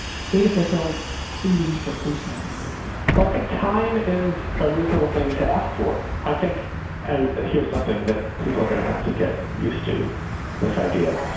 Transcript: state officials pleading for patience well, i think time is a reasonable thing to ask for. i think and here's something that people are going to have to get used to this idea.